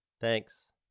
Thanks